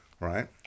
Right